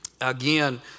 again